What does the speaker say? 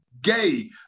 gay